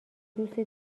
دوستی